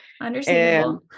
Understandable